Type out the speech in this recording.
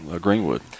Greenwood